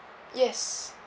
yes